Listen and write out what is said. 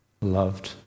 loved